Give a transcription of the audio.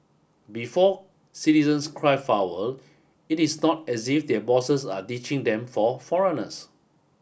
before citizens cry foul it is not as if their bosses are ditching them for foreigners